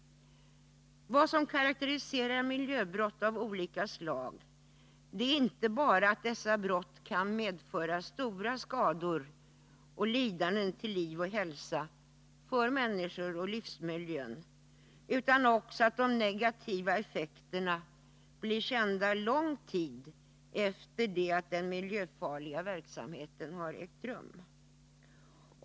Vad som karakteriserar miljöbrott av olika slag är inte bara att dessa brott kan medföra stora skador och lidanden till liv och hälsa för människor och stora skador på livsmiljön, utan också att de negativa effekterna blir kända långt efter det att den miljöfarliga verksamheten har ägt rum.